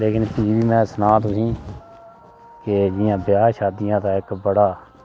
लेकिन फ्ही बी नैं सना तुसें के जियां ब्याह् शादियें दा इक बड़ा